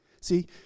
See